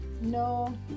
No